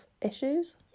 issues